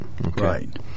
Right